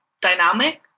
dynamic